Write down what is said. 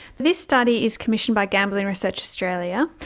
this study is commissioned by gambling research australia.